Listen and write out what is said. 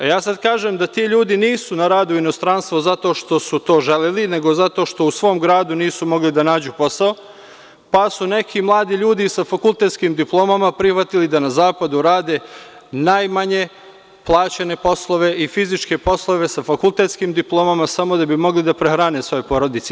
Ja sada kažem da ti ljudi nisu na radu u inostranstvu zato što su to želeli nego zato što u svom gradu nisu mogli da nađu posao, pa su neki mladi ljudi sa fakultetskim diplomama prihvatili da na zapadu rade najmanje plaćene poslove i fizičke poslove sa fakultetskim diplomama samo da bi mogli da prehrane svoje porodice.